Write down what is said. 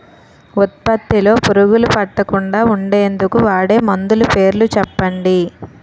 ఉత్పత్తి లొ పురుగులు పట్టకుండా ఉండేందుకు వాడే మందులు పేర్లు చెప్పండీ?